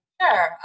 Sure